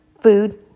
food